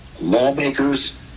lawmakers